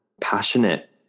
passionate